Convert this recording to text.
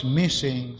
missing